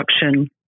production